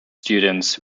students